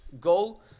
goal